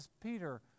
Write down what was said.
Peter